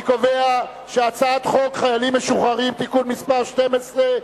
אני קובע שהצעת חוק קליטת חיילים משוחררים (תיקון מס' 12),